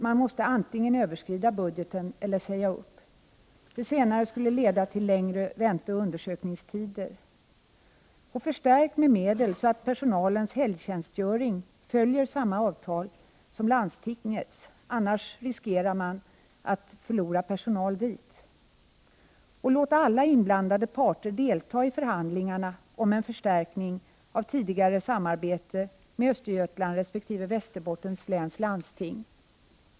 Man måste antingen överskrida budgeten eller säga upp någon. Det senare skulle leda till längre vänteoch undersökningstider. Man Prot. 1988/89:42 bör förstärka med medel så att personalens helgtjänstgöring följer samma 9 december 1988 avtal som landstingets. Man riskerar annars att förlora personal dit. Alla inblandade parter bör få delta i förhandlingarna om en förstärkning av tidigare samarbete med Östergötlands resp. Västerbottens läns landsting.